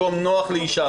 מקום נוח לאישה,